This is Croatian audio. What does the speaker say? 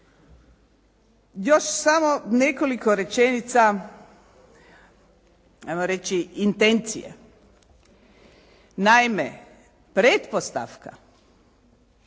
Još samo nekoliko rečenica, ajmo reći intencija. Naime, pretpostavka